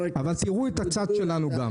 אבל תראו את הצד שלנו גם.